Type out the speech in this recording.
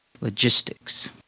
logistics